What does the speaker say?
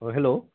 অঁ হেল্ল'